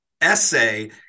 essay